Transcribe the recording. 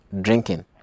drinking